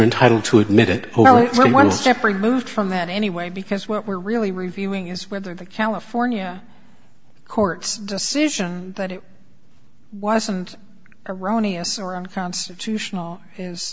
entitled to admitted only one step removed from that anyway because what we're really reviewing is whether the california courts decision that it wasn't erroneous or unconstitutional